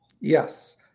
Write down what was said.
Yes